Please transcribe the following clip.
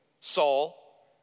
Saul